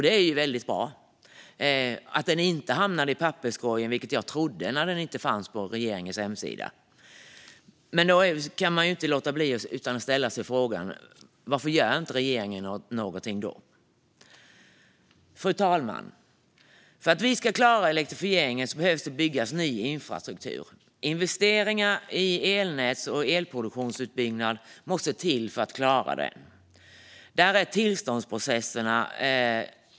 Det är ju väldigt bra att den inte hamnade i papperskorgen, vilket jag trodde när den inte fanns på regeringens hemsida. Men man kan ju inte låta bli att ställa sig frågan: Varför gör inte regeringen något? Fru talman! För att vi ska klara elektrifieringen behöver det byggas ny infrastruktur. Investeringar i elnäts och elproduktionsutbyggnad måste till för att klara detta.